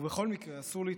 ובכל מקרה, אסור לטעות: